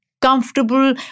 comfortable